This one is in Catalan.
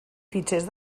fitxers